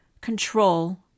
control